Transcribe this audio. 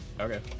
Okay